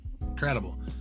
incredible